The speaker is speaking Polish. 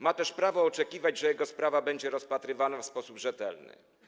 Ma też prawo oczekiwać, że jego sprawa będzie rozpatrywana w sposób rzetelny.